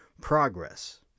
progress